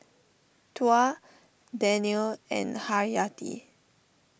Tuah Daniel and Haryati